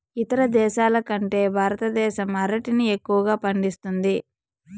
ఇతర దేశాల కంటే భారతదేశం అరటిని ఎక్కువగా పండిస్తుంది